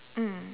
mm